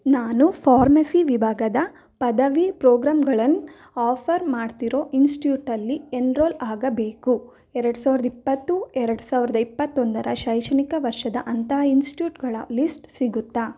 ನಾನು ಫಾರ್ಮಸಿ ವಿಭಾಗದ ಪದವಿ ಪ್ರೋಗ್ರಾಮ್ಗಳನ್ನು ಆಫರ್ ಮಾಡ್ತಿರೋ ಇನ್ಸ್ಟ್ಯೂಟಲ್ಲಿ ಎನ್ ರೋಲ್ ಆಗಬೇಕು ಎರಡು ಸಾವಿರದ ಇಪ್ಪತ್ತು ಎರಡು ಸಾವಿರದ ಇಪ್ಪತ್ತೊಂದರ ಶೈಕ್ಷಣಿಕ ವರ್ಷದ ಅಂತಹ ಇನ್ಸ್ಟಿಟ್ಯೂಟ್ಗಳ ಲಿಸ್ಟ್ ಸಿಗುತ್ತಾ